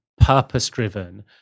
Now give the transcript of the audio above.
purpose-driven